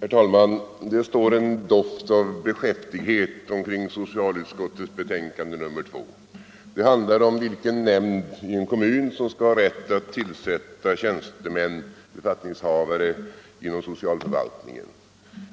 Herr talman! Det står en doft av beskäftighet omkring socialutskottets betänkande nr 2. Det handlar om vilken nämnd i en kommun som skall ha rätt att tillsätta tjänstemän, befattningshavare, inom socialförvaltningen.